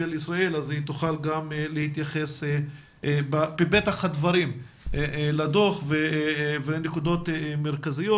ותוכל להתייחס בפתח הדברים לדו"ח ולנקודות מרכזיות.